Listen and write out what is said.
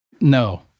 No